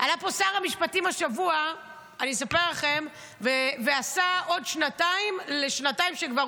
פה השבוע שר המשפטים ועשה עוד שנתיים לשנתיים שכבר